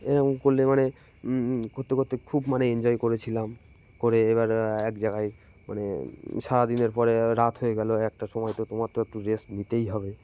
এরকম করলে মানে করতে করতে খুব মানে এনজয় করেছিলাম করে এবার এক জায়গায় মানে সারাদিনের পরে রাত হয়ে গেলো একটার সময় তো তোমার তো একটু রেস্ট নিতেই হবে